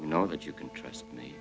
you know that you can trust me